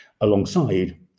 alongside